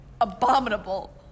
abominable